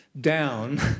down